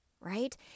Right